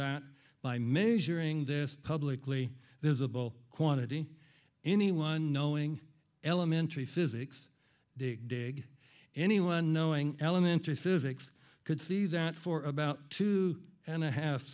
that by measuring this publicly visible quantity anyone knowing elementary physics dig dig anyone knowing elementary physics could see that for about two and a half